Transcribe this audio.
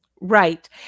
Right